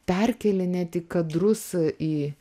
perkėlinėti kadrus į